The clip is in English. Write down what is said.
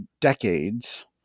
decades